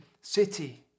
city